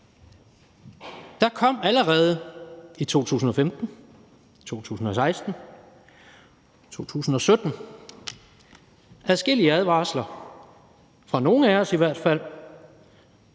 Der kom allerede i 2015, 2016 og 2017 adskillige advarsler – fra nogle af os i hvert fald